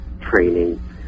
training